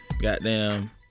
Goddamn